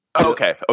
Okay